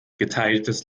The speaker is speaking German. geteiltes